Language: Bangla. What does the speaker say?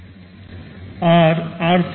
R r14 link REGISTER